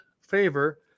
favor